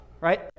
right